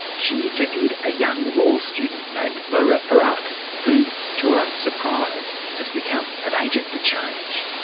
she interviewed a young law student named mohra ferak who, to her own surprise has become an agent for change.